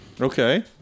Okay